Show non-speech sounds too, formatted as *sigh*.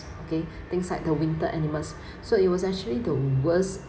okay things like the winter animals *breath* so it was actually the worst